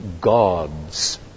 gods